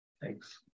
Thanks